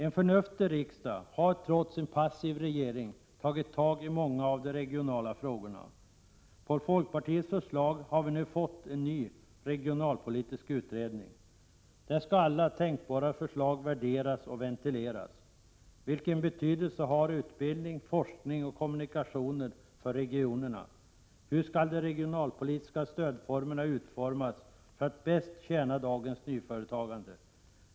En förnuftig riksdag har trots en passiv regering tagit tag i många av de regionala frågorna. På folkpartiets förslag har vi nu fått en ny regionalpolitisk utredning. Där skall alla tänkbara förslag värderas och ventileras. Vilken betydelse har utbildning, forskning och kommunikationer för regionerna? Hur skall det regionalpolitiska stödet utformas för att bäst tjäna dagens nyföretagande?